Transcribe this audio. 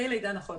נכון.